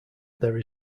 there